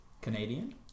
Canadian